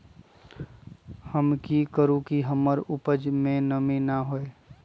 हम की करू की हमर उपज में नमी न होए?